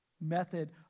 method